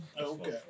Okay